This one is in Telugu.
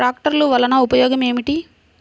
ట్రాక్టర్లు వల్లన ఉపయోగం ఏమిటీ?